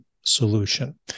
solution